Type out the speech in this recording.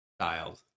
child